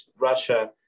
Russia